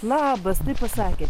labas taip pasakė